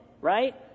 Right